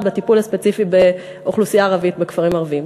בטיפול הספציפי באוכלוסייה הערבית בכפרים ערביים.